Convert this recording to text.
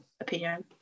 opinion